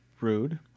rude